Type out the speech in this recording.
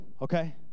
okay